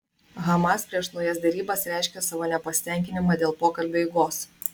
hamas prieš naujas derybas reiškė savo nepasitenkinimą dėl pokalbių eigos